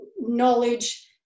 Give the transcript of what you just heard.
knowledge